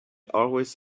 always